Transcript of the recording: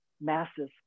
masses